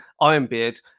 Ironbeard